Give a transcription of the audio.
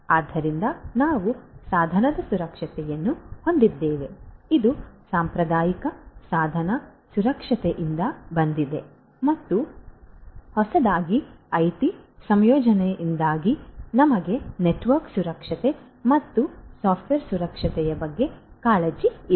ಆದ್ದರಿಂದ ನಾವು ಸಾಧನದ ಸುರಕ್ಷತೆಯನ್ನು ಹೊಂದಿದ್ದೇವೆ ಇದು ಸಾಂಪ್ರದಾಯಿಕ ಸಾಧನ ಸುರಕ್ಷತೆಯಿಂದ ಬಂದಿದೆ ಮತ್ತು ಹೊಸದಾಗಿ ಐಟಿ ಸಂಯೋಜನೆಯಿಂದಾಗಿ ನಮಗೆ ನೆಟ್ವರ್ಕ್ ಸುರಕ್ಷತೆ ಮತ್ತು ಸಾಫ್ಟ್ವೇರ್ ಸುರಕ್ಷತೆಯ ಬಗ್ಗೆ ಕಾಳಜಿ ಇದೆ